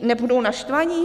Nebudou naštvaní?